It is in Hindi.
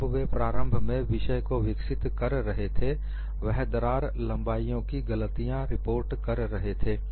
जब वे प्रारंभ में विषय को विकसित कर रहे थे वह दरार लंबाईओं की गलतियां रिपोर्ट कर रहे थे